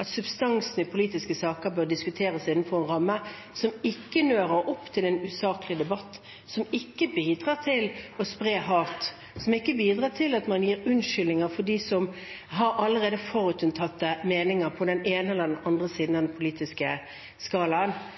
at substansen i politiske saker bør diskuteres innenfor en ramme som ikke nører opp om en usaklig debatt, som ikke bidrar til å spre hat, som ikke bidrar til at man gir unnskyldninger for dem som allerede har forutinntatte meninger på den ene eller andre siden av den politiske skalaen. Det mener jeg er en